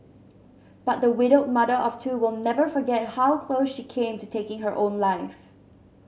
but the widowed mother of two will never forget how close she came to taking her own life